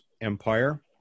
empire